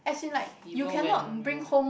even when you